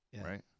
right